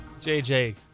JJ